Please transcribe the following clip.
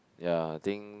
ya I think